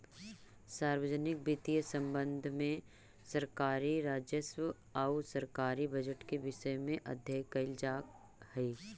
सार्वजनिक वित्तीय प्रबंधन में सरकारी राजस्व आउ सरकारी बजट के विषय में अध्ययन कैल जा हइ